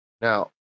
Now